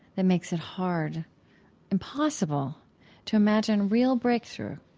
it makes it hard impossible to imagine real breakthrough